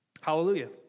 Hallelujah